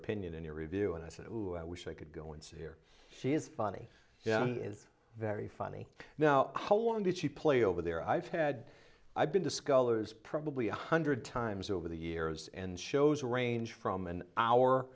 opinion in your review and i said who i wish i could go and see here she is funny is very funny now how long did she play over there i've had i've been discolors probably one hundred times over the years and shows range from an hour